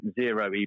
zero